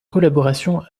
collaboration